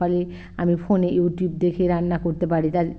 ফলে আমি ফোনে ইউটিউব দেখে রান্না করতে পারি তাই